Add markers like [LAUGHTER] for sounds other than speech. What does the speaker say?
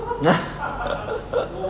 [LAUGHS]